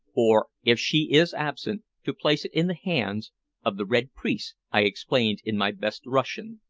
or if she is absent to place it in the hands of the red priest, i explained in my best russian.